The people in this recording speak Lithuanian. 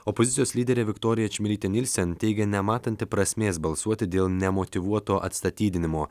opozicijos lyderė viktorija čmilytė nielsen teigė nematanti prasmės balsuoti dėl nemotyvuoto atstatydinimo